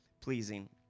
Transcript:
pleasing